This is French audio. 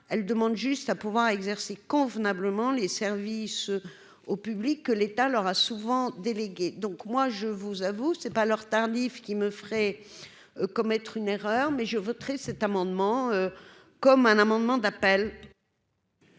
elle demande juste à pouvoir exercer convenablement les services au public que l'État leur a souvent délégué donc moi je vous avoue, c'est pas leur tardive qui me ferait commettre une erreur mais je voterai cet amendement comme un amendement d'appel.